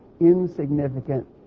insignificant